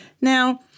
Now